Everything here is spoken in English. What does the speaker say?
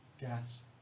Gas